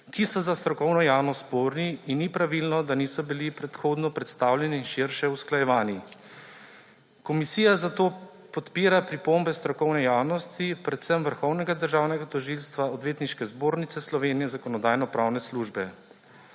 ki so za strokovno javnost sporni, in ni pravilno, da niso bili predhodno predstavljeni in širše usklajevani. Komisija zato podpira pripombe strokovne javnosti, predvsem Vrhovnega državnega tožilstva, Odvetniške zbornice Slovenije, Zakonodajno-pravne službe.